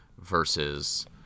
versus